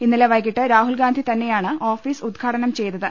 ഇന്നലെ വൈകിട്ട് രാഹുൽഗാന്ധിതന്നെയാണ് ഓഫീസ് ഉദ്ഘാടനം ചെയ്തത്